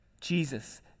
Jesus